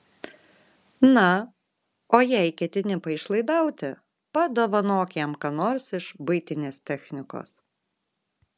na o jei ketini paišlaidauti padovanok jam ką nors iš buitinės technikos